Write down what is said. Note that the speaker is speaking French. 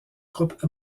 groupe